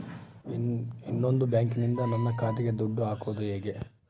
ಇನ್ನೊಂದು ಬ್ಯಾಂಕಿನಿಂದ ನನ್ನ ಖಾತೆಗೆ ದುಡ್ಡು ಹಾಕೋದು ಹೇಗೆ?